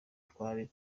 twari